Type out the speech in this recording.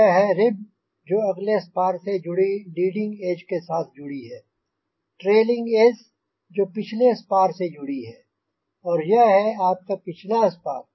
यह है रिब जो अगले स्पार से जुड़ी लीडिंग एज के साथ जुड़ी है ट्रेलिंग एज जो पिछले स्पार से जुड़ी है और यह है आपका पिछला स्पार